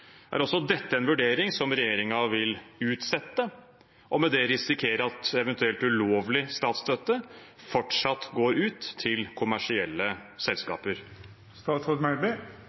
Er også dette en vurdering som regjeringen vil utsette, og med det risikere at eventuell ulovlig statsstøtte fortsatt går ut til kommersielle